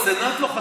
אבל הסנאט לא חתם.